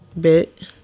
Bit